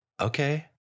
okay